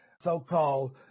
so-called